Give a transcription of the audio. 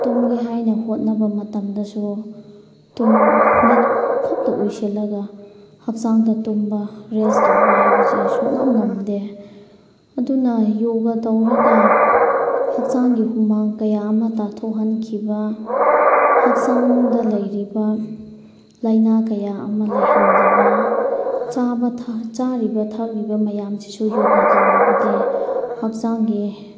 ꯇꯨꯝꯒꯦ ꯍꯥꯏꯅ ꯍꯣꯠꯅꯕ ꯃꯇꯝꯗꯁꯨ ꯃꯤꯠ ꯈꯛꯇ ꯎꯏꯁꯤꯜꯂꯒ ꯍꯛꯆꯥꯡꯗ ꯇꯨꯝꯕ ꯔꯦꯁ ꯇꯧꯕ ꯍꯥꯏꯕꯁꯦ ꯁꯨꯛꯉꯝ ꯉꯝꯗꯦ ꯑꯗꯨꯅ ꯌꯣꯒꯥ ꯇꯧꯔꯒ ꯍꯛꯆꯥꯡꯒꯤ ꯍꯨꯃꯥꯡ ꯀꯌꯥ ꯑꯃ ꯇꯥꯊꯣꯛꯍꯟꯈꯤꯕ ꯍꯛꯆꯥꯡꯗ ꯂꯩꯔꯤꯕ ꯂꯥꯏꯅꯥ ꯀꯌꯥ ꯑꯃ ꯂꯩꯍꯟꯗꯕ ꯆꯥꯕ ꯆꯥꯔꯤꯕ ꯊꯛꯂꯤꯕ ꯃꯌꯥꯝꯁꯤꯁꯨ ꯌꯣꯒꯥ ꯇꯧꯔꯕꯗꯤ ꯍꯛꯆꯥꯡꯒꯤ